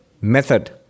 method